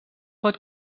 pot